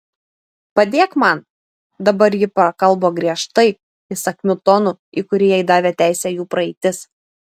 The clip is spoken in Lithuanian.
padėk man dabar ji prakalbo griežtai įsakmiu tonu į kurį jai davė teisę jų praeitis